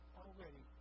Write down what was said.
already